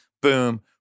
Boom